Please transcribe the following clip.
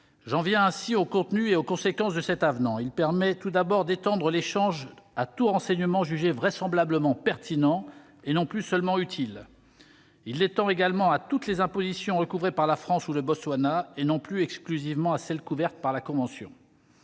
J'en viens ainsi au contenu et aux conséquences de ce texte. Il permet tout d'abord d'étendre l'échange à tout renseignement jugé vraisemblablement pertinent, et non plus seulement « utile ». Il l'étend également à toutes les impositions recouvrées par la France ou le Botswana, et non plus exclusivement à celles qui sont couvertes par la convention.